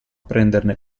prenderne